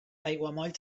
aiguamolls